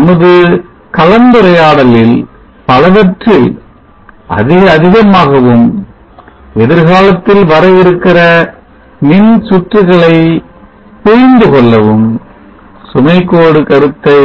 நமது கலந்துரையாடலில் பலவற்றில் அதிக அதிகமாகவும் எதிர்காலத்தில் வர இருக்கிற மின்சுற்றுகளை புரிந்து கொள்ளவும் சுமை கோடு கருத்தை